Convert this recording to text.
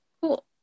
cool